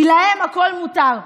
כי להם הכול מותר.